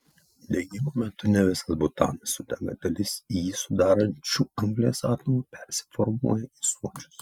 degimo metu ne visas butanas sudega dalis jį sudarančių anglies atomų persiformuoja į suodžius